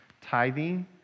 tithing